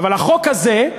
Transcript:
אבל החוק הזה,